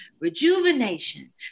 rejuvenation